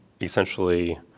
essentially